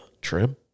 trim